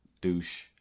Douche